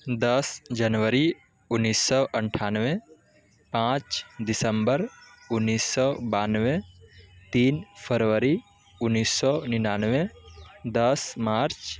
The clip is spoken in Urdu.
دس جنوری انیس سو اٹھانوے پانچ دسمبر انیس سو بانوے تین فروری انیس سو ننانوے دس مارچ